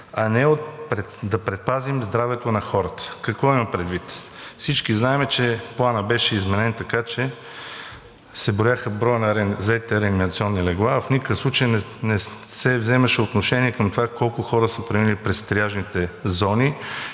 а не да предпазим здравето на хората. Какво имам предвид? Всички знаем, че Планът беше изменен така, че се брояха заетите реанимационни легла, а в никакъв случай не се вземаше отношение към това колко хора са преминали през триажните зони